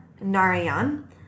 Narayan